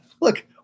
look